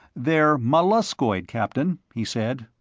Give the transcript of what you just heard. they're molluscoid, captain, he said.